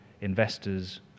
investors